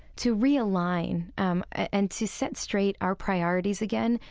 to realign um and to set straight our priorities again,